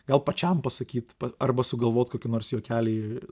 gal pačiam pasakyt arba sugalvot kokį nors juokelį